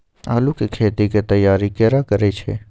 आलू के खेती के तैयारी केना करै छै?